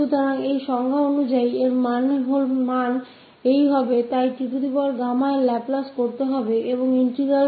तो यहाँ हमारे पास है 𝑒−𝑢𝑢𝛾